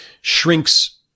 shrinks